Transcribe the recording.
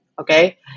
Okay